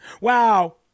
Wow